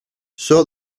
sort